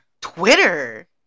Twitter